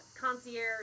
Concierge